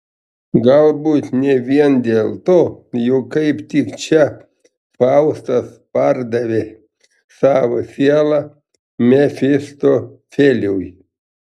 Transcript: galbūt ne vien dėl to jog kaip tik čia faustas pardavė savo sielą mefistofeliui